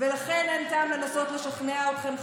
ולכן אין טעם לנסות לשכנע אתכם,